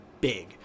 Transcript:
big